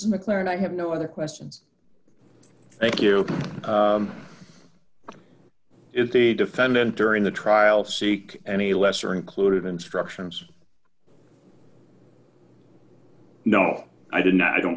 ss mclaren i have no other questions thank you if the defendant during the trial seek any lesser included instructions no i